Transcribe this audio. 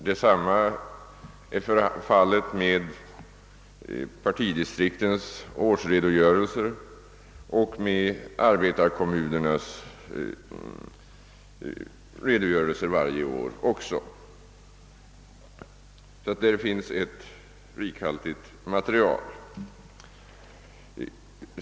Detsamma är fallet med partidistriktens och arbetarkommunernas årsredogörelser. Där finns alltså ett rikhaltigt material.